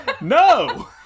No